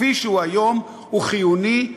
כפי שהוא היום הוא חיוני,